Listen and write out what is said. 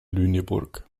lüneburg